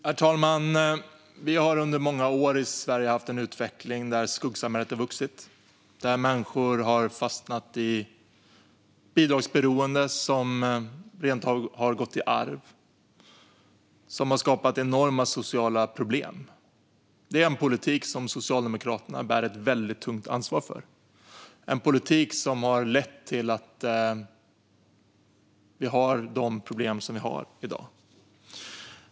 Herr talman! Vi har under många år i Sverige haft en utveckling där skuggsamhället har vuxit, där människor har fastnat i ett bidragsberoende som har gått i arv och som har skapat enorma sociala problem. Det är en politik som Socialdemokraterna bär ett väldigt tungt ansvar för. Det är en politik som har lett till att vi har de problem som vi har i dag.